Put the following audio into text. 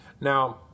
Now